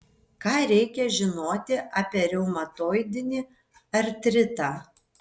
ką reikia žinoti apie reumatoidinį artritą